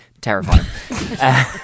Terrifying